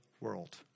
world